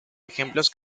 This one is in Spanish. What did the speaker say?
ejemplos